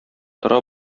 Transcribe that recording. тора